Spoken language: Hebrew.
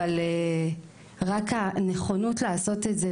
אבל רק הנכונות לעשות את זה,